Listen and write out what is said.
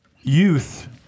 youth –